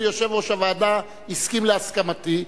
ויושב-ראש הוועדה הסכים להסכמתי,